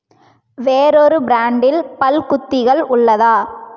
வேறொரு பிராண்டில் பல்குத்திகள் உள்ளதா